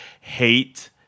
hate